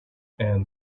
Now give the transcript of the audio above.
and